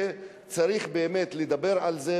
שצריך באמת לדבר על זה,